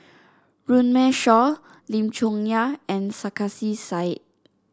Runme Shaw Lim Chong Yah and Sarkasi Said